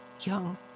Young